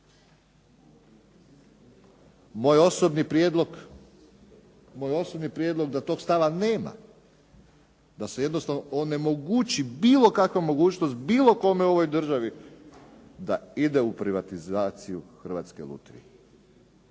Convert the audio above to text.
Moj osobni prijedlog da toga stava nema, da se jednostavno onemogući bilo kakva mogućnost, bilo kome u ovoj državi da ide u privatizaciju Hrvatske lutrije.